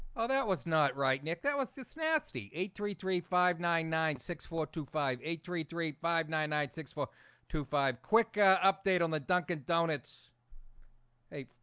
oh that was not right nick. that was just nasty eight three three five nine nine six four two five eight three three five nine nine six four two five quick update on the dunkin donuts they